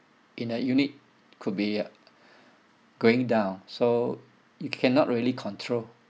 in a unit could be uh going down so you cannot really control